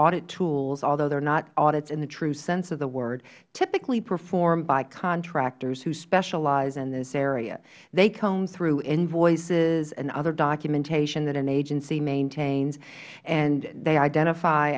audit tools although not audits in the true sense of the word typically performed by contractors who specialize in this area they comb through invoices and other documentation that an agency maintains and identify